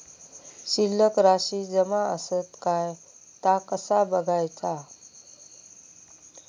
शिल्लक राशी जमा आसत काय ता कसा बगायचा?